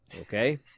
okay